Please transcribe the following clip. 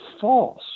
false